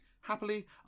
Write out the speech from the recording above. Happily